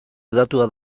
hedatua